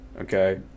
Okay